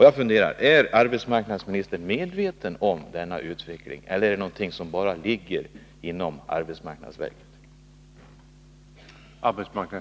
Jag undrar om arbetsmarknadsministern är medveten om denna utveckling, eller om det är något som bara ligger inom arbetsmarknadsverket?